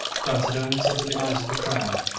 granted only till the demise of the crown,